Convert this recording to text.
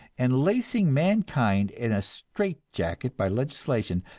and lacing mankind in a straight-jacket by legislation,